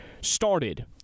started